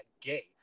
gay